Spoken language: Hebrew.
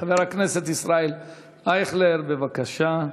חבר הכנסת ישראל אייכלר, בבקשה.